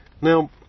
Now